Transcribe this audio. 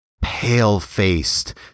pale-faced